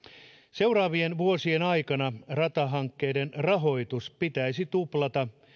seuraavien vuosien aikana ratahankkeiden rahoitus pitäisi tuplata